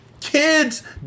kids